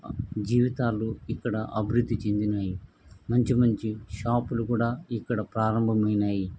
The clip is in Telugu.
జీవితాలు ఇక్కడ అభివృద్ది చెందినాయి మంచి మంచి షాపులు కూడా ఇక్కడ ప్రారంభమైనాయి